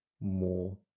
more